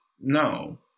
No